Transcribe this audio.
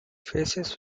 faces